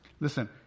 Listen